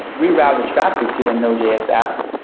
reroute the traffic to the node js app,